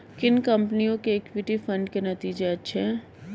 किन कंपनियों के इक्विटी फंड के नतीजे अच्छे हैं?